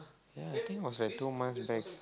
ya I think was like two months back